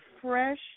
fresh